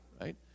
right